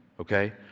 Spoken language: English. okay